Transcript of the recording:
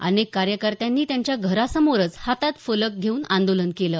अनेक कार्यकर्त्यानी त्यांच्या घरासमोरच हातात फलक घेउन आंदोलन केलं